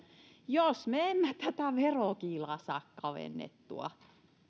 jos me emme tätä verokiilaa saa kavennettua